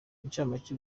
incamake